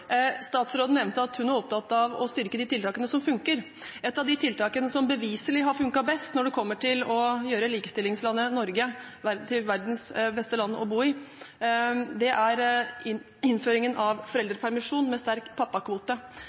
Statsråden nevnte at hun er opptatt av å styrke de tiltakene som fungerer. Et av de tiltakene som beviselig har fungert best når det kommer til å gjøre likestillingslandet Norge til verdens beste land å bo i, er innføringen av foreldrepermisjon med sterk pappakvote.